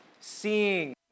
seeing